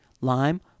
lime